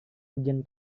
ujian